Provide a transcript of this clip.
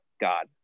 God